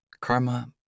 Karma